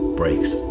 breaks